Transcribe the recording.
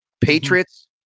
Patriots